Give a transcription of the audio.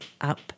up